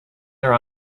there